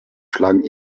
schlagen